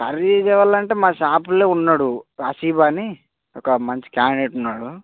పనిచేసే వాళ్ళంటే మా షాపులో ఉన్నాడు కాసీఫ్ అని ఒక మంచి క్యాండెట్ ఉన్నాడు